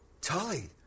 Tully